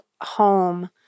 home